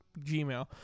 gmail